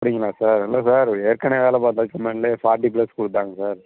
அப்படிங்களா சார் இல்லை சார் ஏற்கனவே வேலை பார்த்த கம்பெனியிலே ஃபார்ட்டி ப்ளஸ் கொடுத்தாங்க சார்